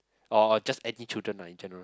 or just any children lah in general